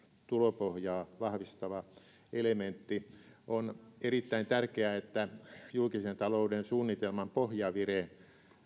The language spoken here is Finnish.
tulopohjaa vahvistava elementti on erittäin tärkeää että julkisen talouden suunnitelman pohjavire